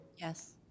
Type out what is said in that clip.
Yes